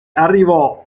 arrivò